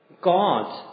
God